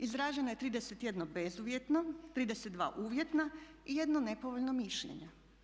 Izraženo je 31 bezuvjetno, 32 uvjetna i 1 nepovoljno mišljenje.